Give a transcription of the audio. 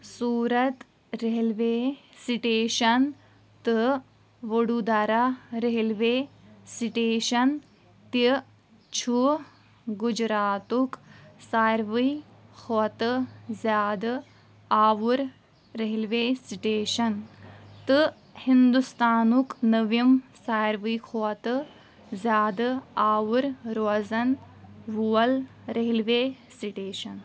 سوٗرَت railway station تہٕ Vadodara railway station تہِ چھُ گُجراتُک ساروٕے کھۄتہٕ زیادٕ آوُر ریلوے سٕٹیشَن تہٕ ہِنٛدُستانُک نٔوِم ساوٕے کھۄتہٕ زیادٕ آوُر روزَن وول ریلوے سٕٹیشَن